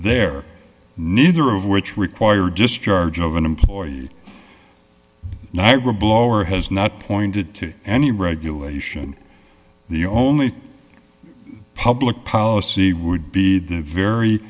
there neither of which require discharge of an employee niagra blower has not pointed to any regulation the only public policy would be